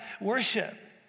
worship